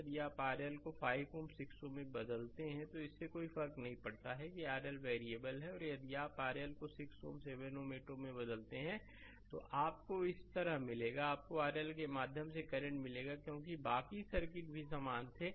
यदि आप RL को 5 Ω 6 Ω में बदलते हैं तो इससे कोई फर्क नहीं पड़ता कि RLवेरिएबल है और यदि आप RL को 6 Ω 7 Ω 8 Ω में बदलते हैं तो आपको इस तरह मिलेगा आपको RL के माध्यम से करंट मिलेगा क्योंकि बाकी सर्किट भी समान थे